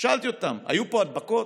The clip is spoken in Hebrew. שאלתי אותם: היו פה הדבקות?